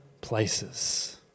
places